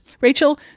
Rachel